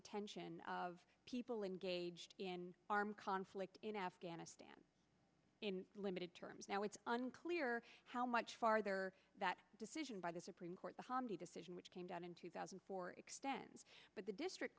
detention of people engaged in armed conflict in afghanistan in limited terms now it's unclear how much farther that decision by the supreme court the hamdi decision which came down in two thousand and four extend but the district